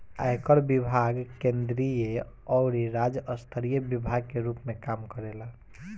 आयकर विभाग केंद्रीय अउरी राज्य स्तरीय विभाग के रूप में काम करेला